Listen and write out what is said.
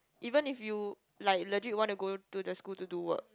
even if you like legit want to go to the school to do work